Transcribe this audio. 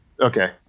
Okay